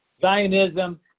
Zionism